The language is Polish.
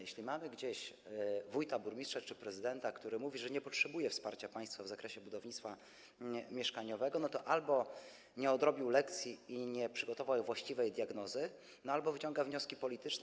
Jeśli jest gdzieś wójt, burmistrz czy prezydent, który mówi, że nie potrzebuje wsparcia państwa w zakresie budownictwa mieszkaniowego, to albo nie odrobił lekcji i nie przygotował właściwej diagnozy, albo wyciąga wnioski polityczne.